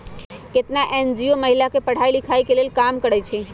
केतना एन.जी.ओ महिला के पढ़ाई लिखाई के लेल काम करअई छई